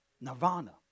Nirvana